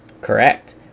correct